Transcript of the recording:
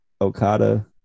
Okada